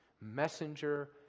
messenger